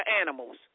animals